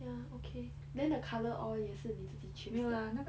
ya okay then the colour all 也是你自己去选